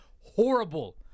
horrible